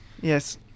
yes